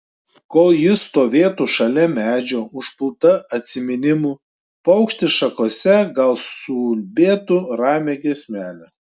kol ji stovėtų šalia medžio užpulta atsiminimų paukštis šakose gal suulbėtų ramią giesmelę